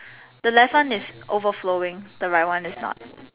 the left one is overflowing the right one is not